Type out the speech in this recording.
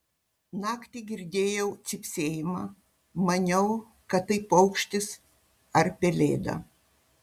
naktį girdėjau cypsėjimą maniau kad tai paukštis ar pelėda